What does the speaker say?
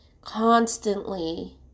constantly